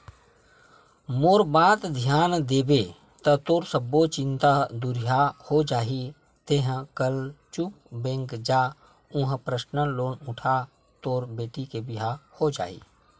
मोर बात धियान देबे ता तोर सब्बो चिंता दुरिहा हो जाही तेंहा कले चुप बेंक जा उहां परसनल लोन उठा तोर बेटी के बिहाव हो जाही